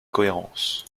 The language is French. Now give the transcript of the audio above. cohérence